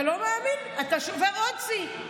אתה לא מאמין, אתה שובר עוד שיא.